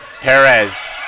Perez